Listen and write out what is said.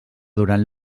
durant